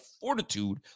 fortitude